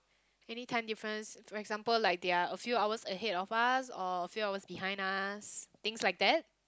any time difference for example like they are a few hours ahead of us or a few hours behind us things like that